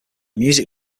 music